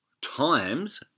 times